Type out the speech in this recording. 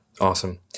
Awesome